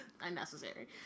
Unnecessary